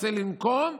רוצה לנקום,